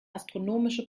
astronomische